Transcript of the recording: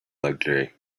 luxury